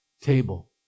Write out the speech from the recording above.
table